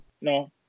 No